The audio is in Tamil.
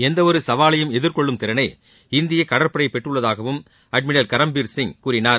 எந்த ஒரு சவாலையும் எதிர்கொள்ளும் திறனை இந்திய கடற்படை பெற்றுள்ளதாகவும் அட்மிரல் கரம்பீர்சிங் கூறினார்